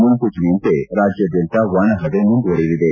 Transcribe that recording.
ಮುನ್ಲೂಚನೆಯಂತೆ ರಾಜ್ಯಾದ್ಯಂತ ಒಣಹವೆ ಮುಂದುವರೆಯಲಿದೆ